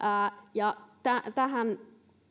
ja tähän